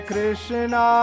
Krishna